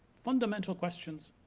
fundamental questions,